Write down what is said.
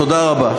תודה רבה.